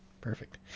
Perfect